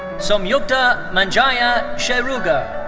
samyukta manjayya sherugar.